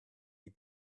die